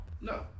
No